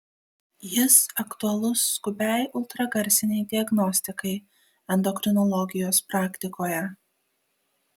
jis aktualus skubiai ultragarsinei diagnostikai endokrinologijos praktikoje